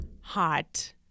hot